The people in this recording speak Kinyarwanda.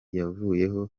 yavuyeho